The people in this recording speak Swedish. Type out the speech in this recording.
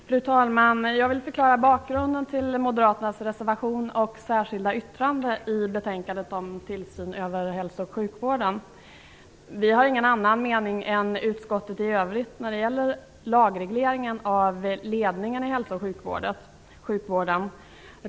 Fru talman! Jag vill förklara bakgrunden till Moderaternas reservation och särskilda yttrande i betänkandet om tillsyn över hälso och sjukvården. Vi har ingen annan mening än utskottet i övrigt när det gäller lagregleringen av ledningen inom hälsooch sjukvården.